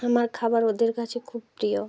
আমার খাবার ওদের কাছে খুব প্রিয়